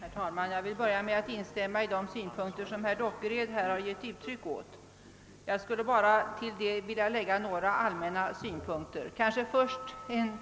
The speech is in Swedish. Herr talman! Jag vill börja med att instämma i de synpunkter som herr Dockered givit uttryck åt och vill därutöver bara anföra några allmänna synpunkter. Först några ord